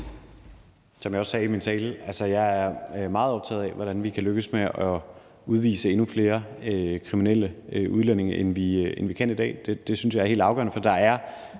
Som jeg også sagde i min tale, er jeg meget optaget af, hvordan vi kan lykkes med at udvise endnu flere kriminelle udlændinge, end vi kan i dag. Det synes jeg er helt afgørende, for der er